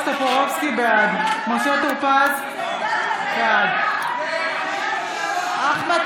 טופורובסקי, בעד משה טור פז, בעד אחמד